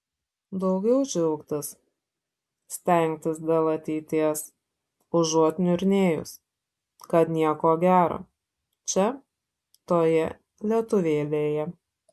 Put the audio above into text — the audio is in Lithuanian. daugiau džiaugtis stengtis dėl ateities užuot niurnėjus kad nieko gero čia toje lietuvėlėje